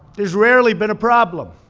there's rarely been a problem.